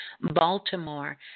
Baltimore